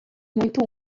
muito